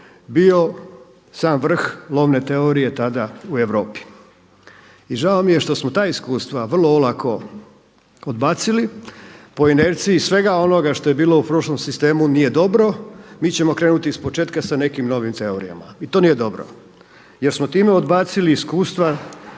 bio sam vrh lovne teorije tada u Europi. I žao mi je što smo ta iskustva vrlo olako odbacili po inerciji svega onoga što je bilo u prošlom sistemu nije dobro. Mi ćemo krenuti ispočetka sa nekim novim teorijama i to nije dobro jer smo time odbacili iskustva